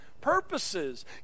purposes